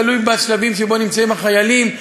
תלוי בשלבים שבו נמצאים החיילים,